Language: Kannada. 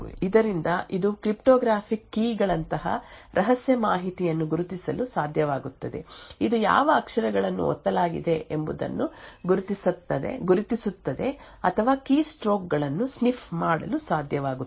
ಮತ್ತು ಇದರಿಂದ ಇದು ಕ್ರಿಪ್ಟೋಗ್ರಾಫಿಕ್ ಕೀ ಗಳಂತಹ ರಹಸ್ಯ ಮಾಹಿತಿಯನ್ನು ಗುರುತಿಸಲು ಸಾಧ್ಯವಾಗುತ್ತದೆ ಅದು ಯಾವ ಅಕ್ಷರಗಳನ್ನು ಒತ್ತಲಾಗಿದೆ ಎಂಬುದನ್ನು ಗುರುತಿಸುತ್ತದೆ ಅಥವಾ ಕೀಸ್ಟ್ರೋಕ್ ಗಳನ್ನು ಸ್ನಿಫ್ ಮಾಡಲು ಸಾಧ್ಯವಾಗುತ್ತದೆ